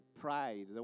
pride